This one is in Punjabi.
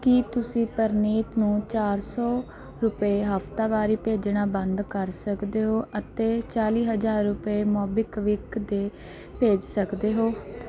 ਕੀ ਤੁਸੀਂ ਪ੍ਰਨੀਤ ਨੂੰ ਚਾਰ ਸੌ ਰੁਪਏ ਹਫ਼ਤਾਵਾਰੀ ਭੇਜਣਾ ਬੰਦ ਕਰ ਸਕਦੇ ਹੋ ਅਤੇ ਚਾਲੀ ਹਜ਼ਾਰ ਰੁਪਏ ਮੋਬੀਕਵਿਕ ਦੇ ਭੇਜ ਸਕਦੇ ਹੋ